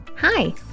hi